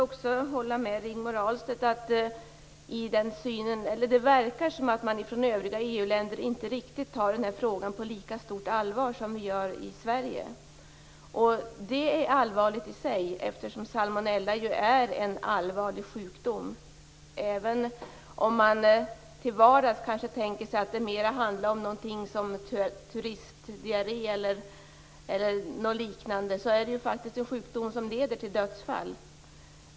Jag håller med Rigmor Ahlstedt. Det verkar som att man från övriga EU-länder inte riktigt tar den här frågan på lika stort allvar som vi i Sverige gör. Detta är allvarligt i sig. Salmonella är ju en allvarlig sjukdom. Till vardags tänker man kanske att det mera handlar om turistdiarré e.d., men det är faktiskt fråga om en sjukdom som leder till dödsfall.